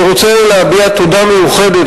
אני רוצה להביע תודה מיוחדת,